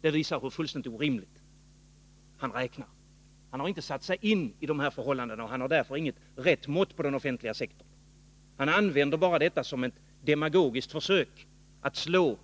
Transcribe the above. Detta visar hur fullständigt orimligt han räknar. Han har inte satt sig in i dessa förhållanden och har därför inget riktigt mått på den offentliga sektorn. Han använder bara detta som ett demagogiskt försök att gå